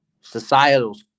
societal